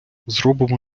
зробимо